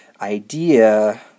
idea